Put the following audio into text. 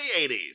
80s